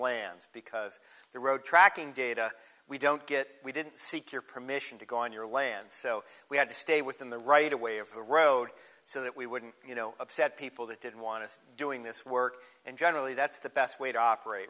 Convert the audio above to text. lands because the road tracking data we don't get we didn't seek your permission to go on your land so we had to stay within the right away of the road so that we wouldn't you know upset people that didn't want to doing this work and generally that's the best way to operate